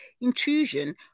intrusion